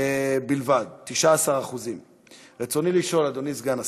ש"ח בלבד, 19%. רצוני לשאול, אדוני סגן השר: